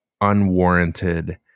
unwarranted